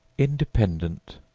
independent,